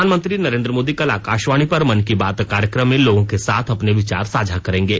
प्रधानमंत्री नरेंद्र मोदी कल आकाशवाणी पर मन की बात कार्यक्रम में लोगों के साथ अपने विचार साझा करेंगे